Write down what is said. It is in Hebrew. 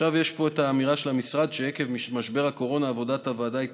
עכשיו יש פה את האמירה של המשרד שעקב משבר הקורונה עבודת הוועדה התעכבה,